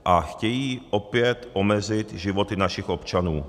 A chtějí opět omezit životy našich občanů.